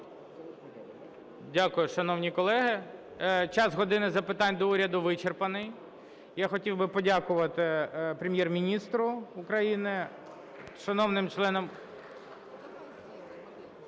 Дякую, шановні колеги. Час "години запитань до Уряду" вичерпаний. Я хотів би подякувати Прем'єр-міністру України, шановним членам…